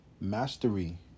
Mastery